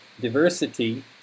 diversity